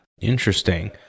Interesting